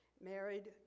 married